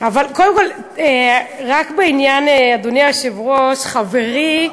אבל קודם כול, רק בעניין, אדוני היושב-ראש, חברי,